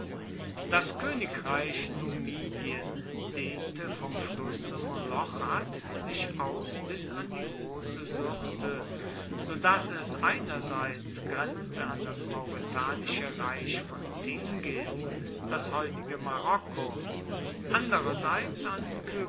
das königreich numidien dehnte vom flusse molochat sich aus bis an die große syrte so daß es einerseits grenzte an das mauretanische reich von tingis das heutige marokko andererseits an